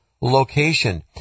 location